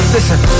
Listen